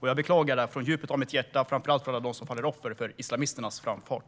Jag beklagar detta från djupet av mitt hjärta, och framför allt gäller det alla dem som faller offer för islamisternas framfart.